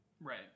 Right